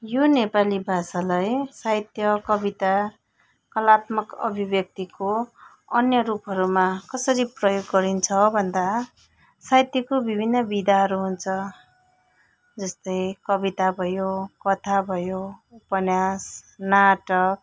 यो नेपाली भाषालाई साहित्य कविता कलात्मक अभिव्याक्तिको अन्य रूपहरूमा कसरी प्रयोग गरिन्छ भन्दा साहित्यको विभिन्न विधाहरू हुन्छ जस्तै कविता भयो कथा भयो उपन्यास नाटक